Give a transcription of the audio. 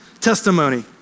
testimony